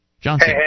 Johnson